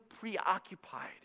preoccupied